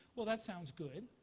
well, that sounds good.